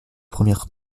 première